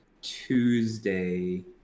Tuesday